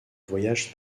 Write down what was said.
voyages